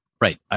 Right